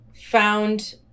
found